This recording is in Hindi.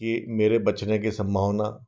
कि मेरे बचने की सम्भावना